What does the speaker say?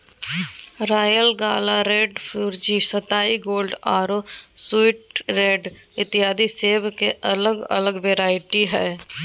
royal gala, red Fuji, सताई gold आरो sweet red इत्यादि सेब के अलग अलग वैरायटी हय